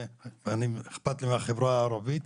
ואכפת לי מהחברה הערבית,